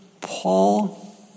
Paul